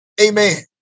Amen